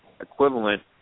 equivalent